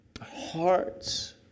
hearts